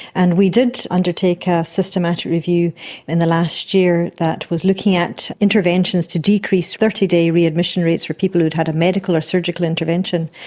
and we did undertake a systematic review in the last year that was looking at interventions to decrease thirty day readmission rates for people who had had a medical or surgical intervention,